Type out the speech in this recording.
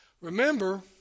Remember